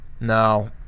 No